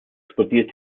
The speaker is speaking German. explodiert